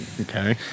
Okay